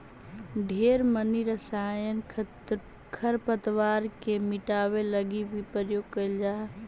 ढेर मनी रसायन खरपतवार के मिटाबे लागी भी प्रयोग कएल जा हई